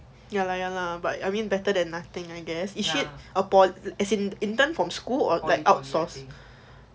ya lah ya lah but I mean better than nothing I guess is she upon as in intern from school or like outsource